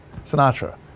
Sinatra